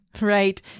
right